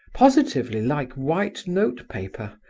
positively like white notepaper.